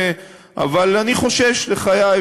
אבל אני חושש לחיי,